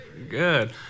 Good